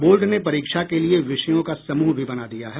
board ने परीक्षा के लिए विषयों का समूह भी बना दिया है